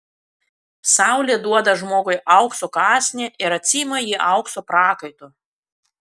saulė duoda žmogui aukso kąsnį ir atsiima jį aukso prakaitu